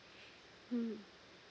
mm